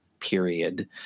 period